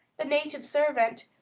the native servant,